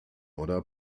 oder